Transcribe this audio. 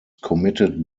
committed